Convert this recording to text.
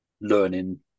learning